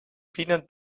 peanut